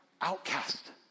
outcast